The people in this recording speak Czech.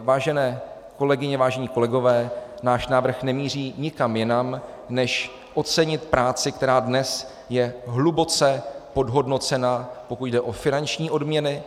Vážené kolegyně, vážení kolegové, náš návrh nemíří nikam jinam než ocenit práci, která dnes je hluboce podhodnocena, pokud jde o finanční odměny.